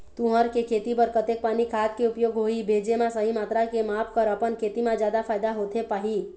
तुंहर के खेती बर कतेक पानी खाद के उपयोग होही भेजे मा सही मात्रा के माप कर अपन खेती मा जादा फायदा होथे पाही?